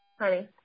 honey